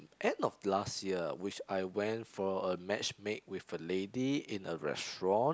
end of last year which I went for a matchmake with a lady in a restaurant